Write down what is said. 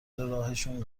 راهشون